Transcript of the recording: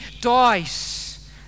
dies